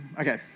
Okay